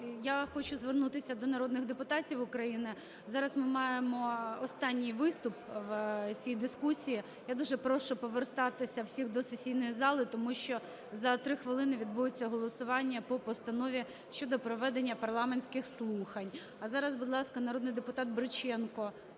я хочу звернутися до народних депутатів України. Зараз ми маємо останній виступ в цій дискусії. Я дуже прошу повертатися всіх до сесійної зали, тому що за три хвилини відбудеться голосування по Постанові щодо проведення парламентських слухань. А зараз, будь ласка, народний депутат Бриченко,